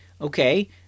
okay